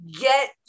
get